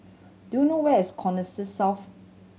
do you know where's Connexis South